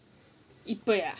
இப்ப:ippa